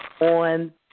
on